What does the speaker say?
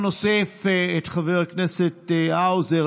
נוסיף את חבר הכנסת האוזר.